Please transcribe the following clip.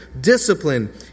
discipline